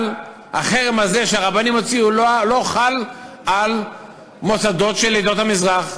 החרם הזה שהרבנים הוציאו לא חל על מוסדות של עדות המזרח.